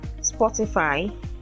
Spotify